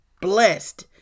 blessed